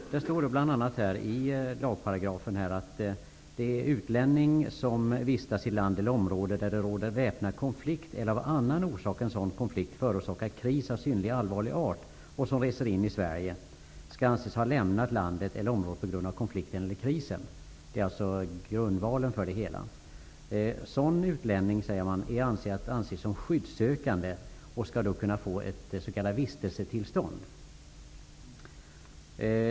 I den första av de föreslagna lagparagraferna i promemorian står det bl.a.: ''Utlänning, som --- vistats i land eller område, där det råder väpnad konflikt eller av annan orsak än sådan konflikt förorsakad kris av synnerlig allvarlig art och som reser in i Sverige --- skall antas ha lämnat landet eller området på grund av konflikten eller krisen.'' Det är grundvalen för det hela. Det står också att sådan utlänning är att anse som skyddssökande och skall få ett s.k. vistelsetillstånd.